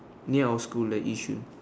near our school there Yishun